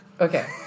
okay